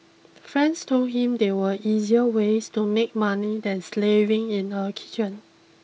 friends told him there were easier ways to make money than slaving in a kitchen